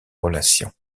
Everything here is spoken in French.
relation